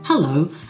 Hello